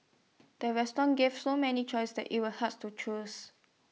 the restaurant gave so many choices that IT was hard to choose